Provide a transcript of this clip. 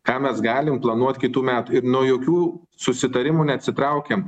ką mes galim planuot kitų metų ir nuo jokių susitarimų neatsitraukiam